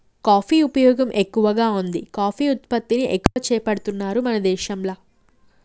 coffee ఉపయోగం ఎక్కువగా వుంది కాఫీ ఉత్పత్తిని ఎక్కువ చేపడుతున్నారు మన దేశంల